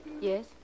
Yes